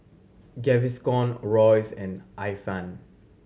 Gaviscon Royce and Ifan